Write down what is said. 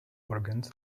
organs